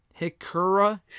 Hikura